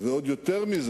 ועוד יותר מזה,